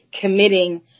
committing